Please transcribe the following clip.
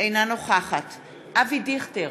אינה נוכחת אבי דיכטר,